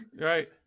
Right